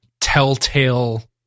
telltale